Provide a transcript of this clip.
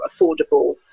affordable